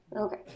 okay